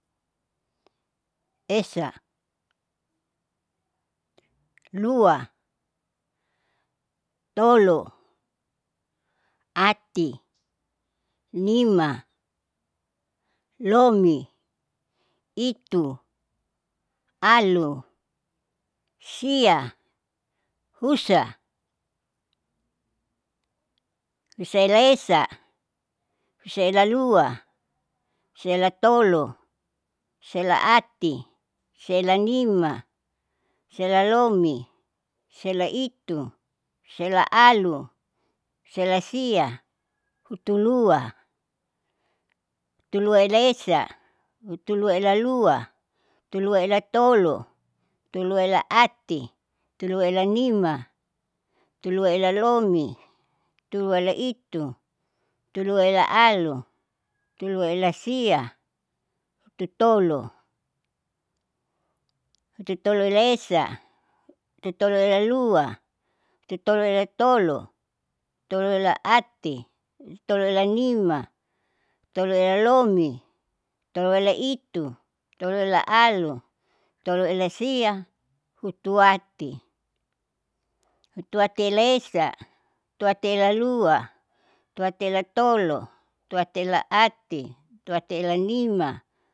Esa, lua, tolo, ati, nima, lomi, itu, alu, sia, husa, husaela esa, husaela lua, husael tolo, husaela ati, husaela nima, husaela lomi, husaela itu, husaela alu, husaela sia, hutuluaela esa, hutuluaela lua, hutuluaela tolo, hutuluaela ati, hutuluaela nima, hutuluaela lomi, hutuluaela itu, hutuluaela alu, hutuluaela sia, hutu tolo, hututoloela esa, hututoloela lua, hututoloela tolo, hututoloela ati, hututoloela nima, hututoloela lomi, hututoloela itu, hututoloela alu, hututoloela sia, hutuati, hutuatiela esa, hutuatiela lua, hutuatiela tolo, hutuatiela ati, hutuatiela nima.